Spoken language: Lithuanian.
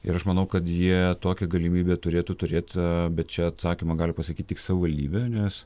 ir aš manau kad jie tokią galimybę turėtų turėt bet čia atsakymą gali pasakyt tik savivaldybė nes